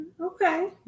Okay